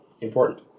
important